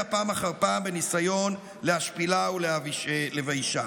פעם אחר פעם בניסיון להשפילה ולביישה.